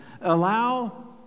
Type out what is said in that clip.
Allow